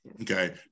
Okay